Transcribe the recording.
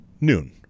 noon